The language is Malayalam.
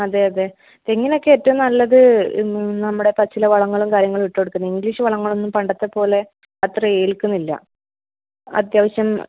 അതെ അതെ തെങ്ങിനൊക്കെ ഏറ്റവും നല്ലത് നമ്മുടെ പച്ചില വളങ്ങളും കാര്യങ്ങളും ഇട്ടു കൊടുക്കുന്നെയാ ഇഗ്ലീഷ് വളങ്ങളൊന്നും പണ്ടത്തെ പോലെ അത്ര ഏൽക്കുന്നില്ല അത്യാവശ്യം